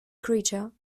creature